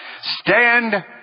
Stand